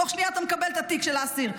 תוך שנייה אתה מקבל את התיק של האסיר.